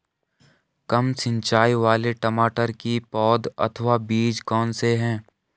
कम सिंचाई वाले टमाटर की पौध अथवा बीज कौन से हैं?